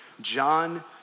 John